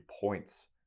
points